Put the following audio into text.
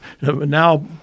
now